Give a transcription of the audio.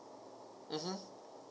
mmhmm